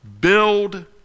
Build